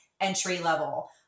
entry-level